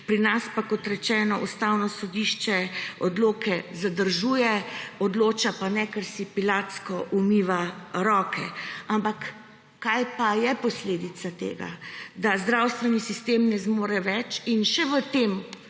Pri nas pa, kot rečeno, Ustavno sodišče odloke zadržuje, odloča pa ne, ker si pilatsko umiva roke. Ampak kaj pa je posledica tega? Da zdravstveni sistem ne zmore več. In še v tem